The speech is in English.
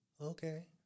Okay